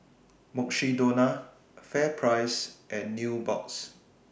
Mukshidonna FairPrice and Nubox